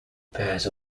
pairs